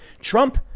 trump